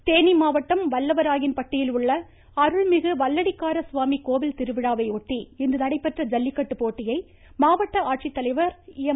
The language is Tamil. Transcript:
ஜல்லிக்கட்டு தேனி மாவட்டம் வல்லவராயன்பட்டியில் உள்ள அருள்மிகு வல்லடிக்கார சுவாமி கோவில் திருவிழாவை ஒட்டி இன்று நடைபெற்ற ஜல்லிக்கட்டு போட்டியை மாவட்ட ஆட்சித்தலைவர் எம்